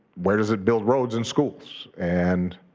where does it build roads and schools, and